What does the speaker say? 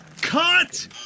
Cut